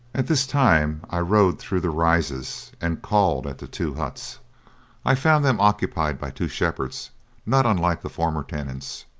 at this time i rode through the rises and called at the two huts i found them occupied by two shepherds not unlike the former tenants,